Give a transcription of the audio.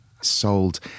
sold